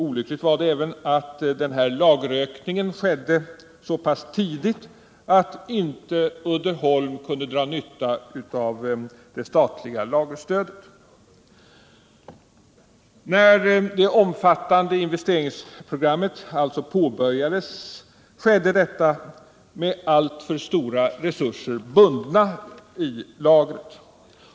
Olyckligt var det även att lagerökningen skedde så tidigt att Uddeholm inte kunde dra nytta av det statliga lagerstödet. När det omfattande investeringsprogrammet påbörjades skedde detta med alltför stora resurser bundna i lagret.